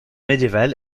médiéval